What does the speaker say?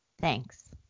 Thanks